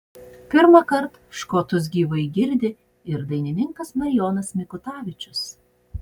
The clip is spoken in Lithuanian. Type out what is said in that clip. pirmąkart škotus gyvai girdi ir dainininkas marijonas mikutavičius